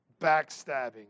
backstabbing